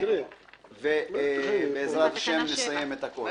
תקנה 8. תקנה 8, ובעזרת השם, נסיים את הכול.